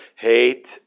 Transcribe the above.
hate